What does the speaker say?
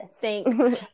thank